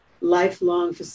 lifelong